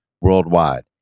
worldwide